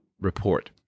report